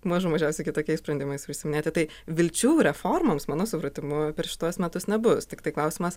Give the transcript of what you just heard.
mažų mažiausiai kitokiais sprendimais užsiiminėti tai vilčių reformoms mano supratimu per šituos metus nebus tiktai klausimas